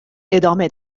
ادامه